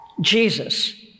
Jesus